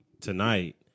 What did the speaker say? tonight